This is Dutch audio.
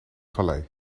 vallei